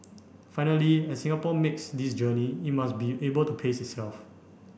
finally as Singapore makes this journey it must be able to pace itself